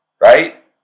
right